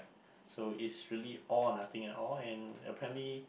so it's really all or nothing at all and apparently